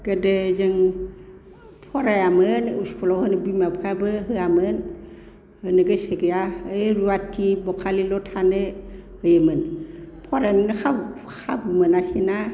गोदो जों फरायामोन स्कुलाव बिमा बिफायाबो होआमोन होनो गोसो गैया ओइ रुवाथि बखालिल' थानो होयोमोन फरायनोनो खाबु खाबु मोनासैना